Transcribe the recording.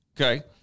okay